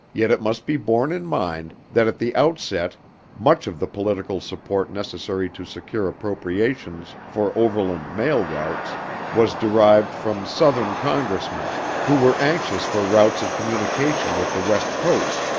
yet it must be borne in mind that at the outset much of the political support necessary to secure appropriations for overland mail routes was derived from southern congressmen who were anxious for routes of communication with the west coast,